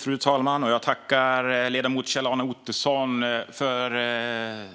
Fru talman! Jag tackar ledamoten Kjell-Arne Ottosson för